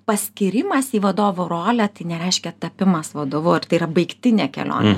paskyrimas į vadovo rolę tai nereiškia tapimas vadovu ir tai yra baigtinė kelionė